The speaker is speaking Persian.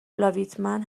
لاویتمن